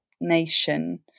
nation